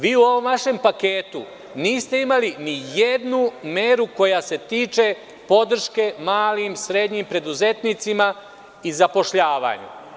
Vi u ovom vašem paketu niste imali ni jednu meru koja se tiče podrške malim srednjim preduzetnicima i zapošljavanju.